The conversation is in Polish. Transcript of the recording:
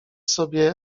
sobie